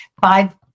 five